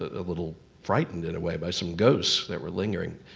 ah little frightened in a way by some ghosts that were lingering.